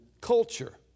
culture